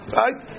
right